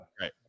right